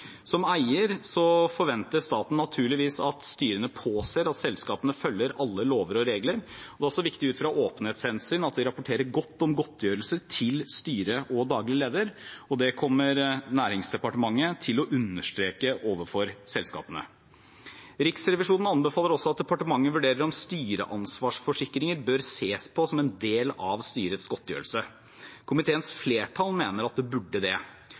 Som eier forventer staten naturligvis at styrene påser at selskapene følger alle lover og regler. Det er også viktig ut fra åpenhetshensyn at de rapporterer godt om godtgjørelser til styret og daglig leder, og det kommer Nærings- og fiskeridepartementet til å understreke overfor selskapene. Riksrevisjonen anbefaler også at departementet vurderer om styreansvarsforsikringer bør ses på som en del av styrets godtgjørelse. Komiteens flertall mener at det burde det.